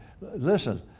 Listen